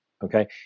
Okay